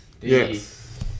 Yes